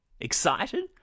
Excited